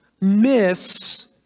miss